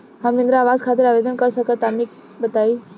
हम इंद्रा आवास खातिर आवेदन कर सकिला तनि बताई?